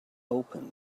opened